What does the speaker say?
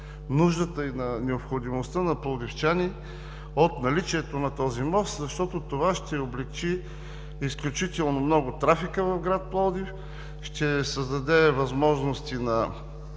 нуждата и на необходимостта на пловдивчани от наличието на този мост, защото това ще облекчи изключително много трафика в град Пловдив, ще създаде възможност и на